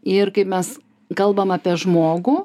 ir kai mes kalbam apie žmogų